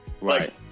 right